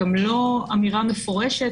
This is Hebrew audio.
גם לא אמירה מפורשת